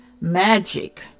magic